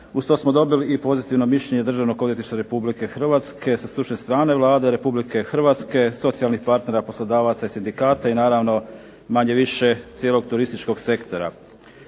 Uz to smo dobili i pozitivno mišljenje Državnog odvjetništva RH sa stručne strane, Vlade RH, socijalnih partnera, poslodavaca i sindikata i naravno manje-više cijelog turističkog sektora.